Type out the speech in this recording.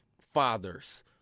fathers